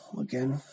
again